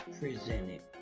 presented